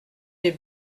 des